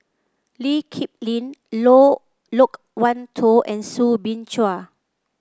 Lee Kip Lin Loke Wan Tho and Soo Bin Chua